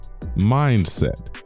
mindset